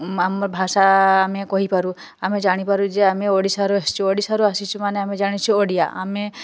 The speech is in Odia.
ଆମ ଭାଷା ଆମେ କହିପାରୁ ଆମେ ଜାଣିପାରୁ ଯେ ଆମେ ଓଡ଼ିଶାରୁ ଆସିଛୁ ଓଡ଼ିଶାରୁ ଆସିଛୁ ମାନେ ଆମେ ଜାଣିଚୁ ଓଡ଼ିଆ ଆମେ